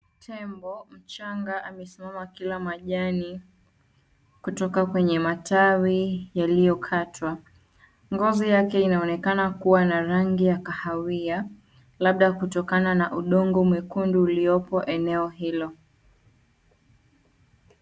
Tembo mchanga amesimama akila majani kutoka kwenye matawi yaliyokatwa. Ngozi yake inaonekana kuwa na rangi ya kahawia labda kutokana na udongo mwekundu uliopo eneo hilo.